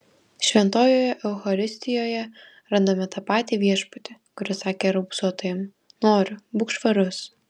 šventojoje eucharistijoje randame tą patį viešpatį kuris sakė raupsuotajam noriu būk švarus